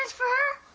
for her.